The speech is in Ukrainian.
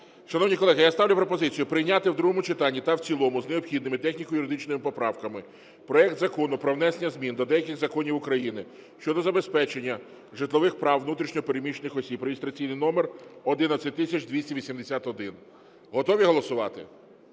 Шановні колеги, я ставлю пропозицію прийняти в другому читанні та в цілому з необхідними техніко-юридичними поправками проект Закону про внесення змін до деяких законів України щодо забезпечення житлових прав внутрішньо переміщених осіб (реєстраційний номер 11281). Готові голосувати?